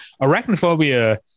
Arachnophobia